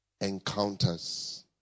encounters